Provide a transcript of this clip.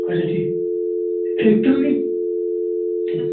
اچھا ٹھیٖک کِلنِک